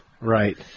Right